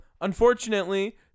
Unfortunately